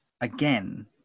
again